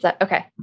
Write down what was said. Okay